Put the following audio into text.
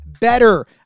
better